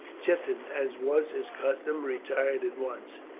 chiton, as was his custom, retired at once.